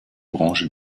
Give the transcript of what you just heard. branche